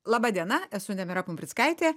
laba diena esu nemira pumprickaitė